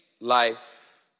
life